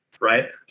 right